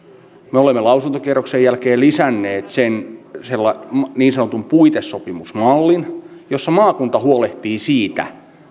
me olemme lausuntokierroksen jälkeen lisänneet sen niin sanotun puitesopimusmallin että jos sitä markkinaa ei synny maakunta huolehtii siitä